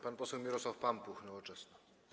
Pan poseł Mirosław Pampuch, Nowoczesna.